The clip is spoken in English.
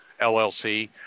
LLC